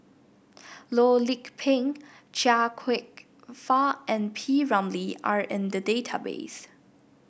Loh Lik Peng Chia Kwek Fah and P Ramlee are in the database